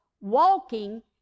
walking